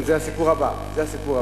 זה הסיפור הבא.